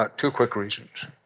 but two quick reasons.